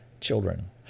children